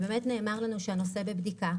נאמר לנו שהנושא בבדיקה.